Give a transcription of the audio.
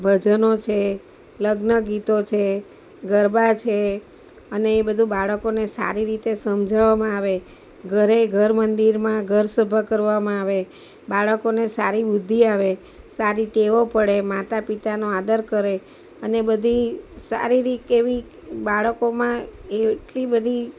ભજનો છે લગ્ન ગીતો છે ગરબા છે અને એ બધુ બાળકોને સારી રીતે સમજાવામાં આવે ઘરે ઘર મંદિરમાં ઘર સભા કરવામાં આવે બાળકોને સારી બુદ્ધિ આવે સારી ટેવો પડે માતા પિતાનો આદર કરે અને બધી શારીરિક એવી બાળકોમાં એટલી બધી